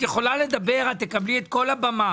את תקבלי את כל הבמה.